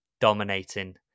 dominating